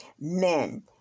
men